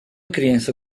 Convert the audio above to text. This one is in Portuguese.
criança